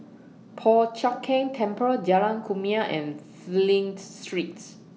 Po Chiak Keng Temple Jalan Kumia and Flint Streets